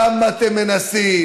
כמה אתם מנסים.